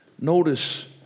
Notice